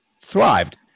thrived